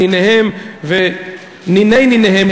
ניניהם וניני ניניהם,